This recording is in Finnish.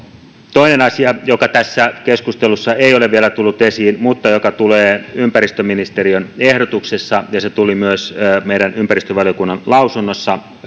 toinen asia joka tässä keskustelussa ei ole vielä tullut esiin mutta joka tulee ympäristöministeriön ehdotuksessa ja se tuli myös meidän ympäristövaliokunnan lausunnossa